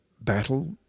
battle